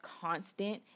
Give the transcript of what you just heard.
constant